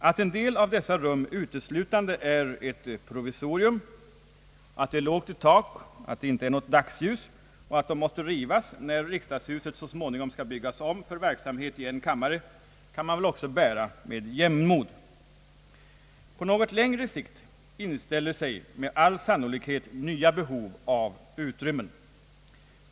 Att en del av dessa rum uteslutande är ett provisorium, att det är lågt i tak och inte något dags ljus och att dessa rum måste rivas, när riksdagshuset så småningom skall byggas om för verksamhet i en kammare, kan man bära med jämnmod, På något längre sikt inställer sig med all sannolikhet nya behov av utrymmen.